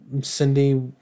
Cindy